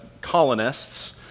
colonists